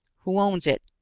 who owns it?